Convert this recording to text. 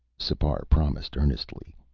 sipar promised earnestly.